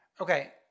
Okay